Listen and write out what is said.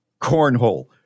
cornhole